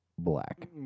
Black